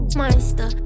monster